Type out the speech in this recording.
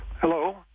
Hello